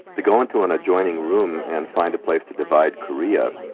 to go into an adjoining room and find a place to divide korea,